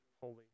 holy